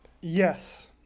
Yes